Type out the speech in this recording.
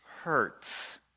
Hurts